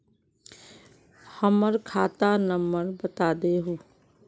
हमर खाता नंबर बता देहु?